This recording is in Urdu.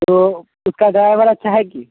تو اس کا ڈرائیور اچھا ہے کہ